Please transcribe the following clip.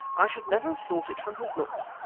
i should never have thought it from his looks.